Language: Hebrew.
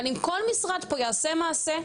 אבל אם כל משרד פה יעשה מעשה,